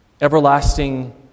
Everlasting